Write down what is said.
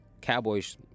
Cowboys